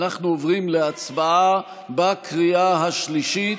אנחנו עוברים להצבעה בקריאה השלישית.